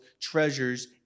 treasures